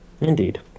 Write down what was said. Indeed